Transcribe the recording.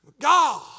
God